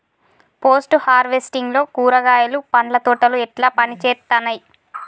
Post harvesting లో కూరగాయలు పండ్ల తోటలు ఎట్లా పనిచేత్తనయ్?